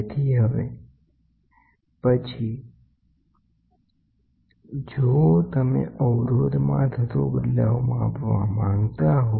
તેથી હવે પછી જો તમે સ્ટ્રેન ગેજના 30 કિલો ન્યૂટન લોડ માટે અવરોધમાં થતો બદલાવ માપવા માંગો છો